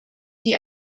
die